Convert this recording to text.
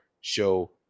show